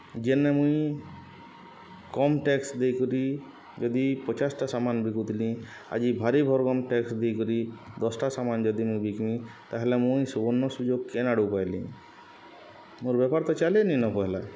ଯେନେ ମୁଇଁ କମ୍ ଟ୍ୟାକ୍ସ୍ ଦେଇକରି ଯଦି ପଚାଶ୍ଟା ସାମାନ୍ ବିକୁଥିଲି ଆଜି ଭାରି ଭର୍କମ୍ ଟ୍ୟାକ୍ସ ଦେଇକରି ଦଶ୍ଟା ସାମାନ୍ ଯଦି ମୁଇଁ ବିକ୍ମି ତା'ହେଲେ ମୁଇଁ ସୁବର୍ଣ୍ଣ ସୁଯୋଗ କେନ୍ ଆଡ଼ୁ ପାଇଲି ମୋର୍ ବେପାର୍ ତ ଚାଲେନିନ ପହେଲା